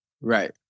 Right